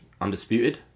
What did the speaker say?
undisputed